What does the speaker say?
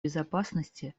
безопасности